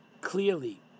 clearly